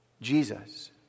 Jesus